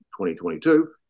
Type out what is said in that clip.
2022